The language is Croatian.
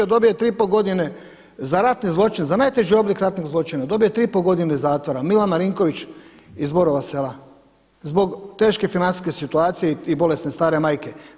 Dobio je tri i pol godine za ratni zločin, za najteži oblik ratnog zločina dobio je tri i pol godine zatvora Milan Marinković iz Borova Sela zbog teške financijske situacije i bolesne stare majke.